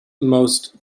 most